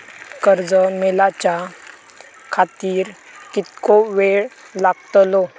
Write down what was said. कर्ज मेलाच्या खातिर कीतको वेळ लागतलो?